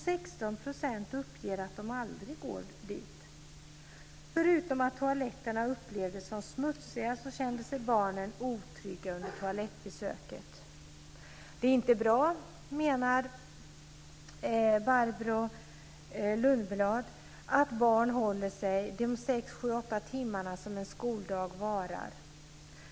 16 % uppger att de aldrig går dit. Förutom att toaletterna upplevdes som smutsiga kände barnen sig otrygga under toalettbesöket. Det är inte bra, menar Barbro Lundblad, att barn håller sig de sex, sju, åtta timmar som en skoldag varar.